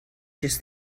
just